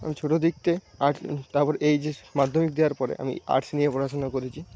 আমি ছোটো দিক থেকে তারপর এইচ এস মাধ্যমিক দেওয়ার পরে আমি আর্টস নিয়ে পড়াশোনা করেছি